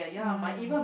mm